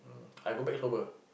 I go back sober